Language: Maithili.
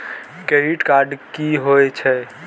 क्रेडिट कार्ड की होई छै?